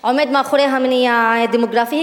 דמוגרפית, עומד מאחוריה מניע דמוגרפי.